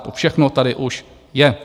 To všechno tady už je.